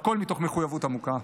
והכול מתוך מחויבות עמוקה.